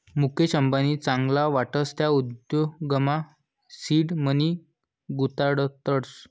मुकेश अंबानी चांगला वाटस त्या उद्योगमा सीड मनी गुताडतस